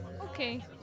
Okay